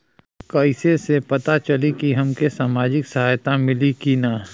कइसे से पता चली की हमके सामाजिक सहायता मिली की ना?